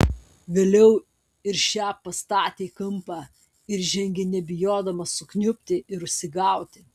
vėliau ir šią pastatė į kampą ir žengė nebijodama sukniubti ir užsigauti